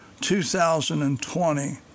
2020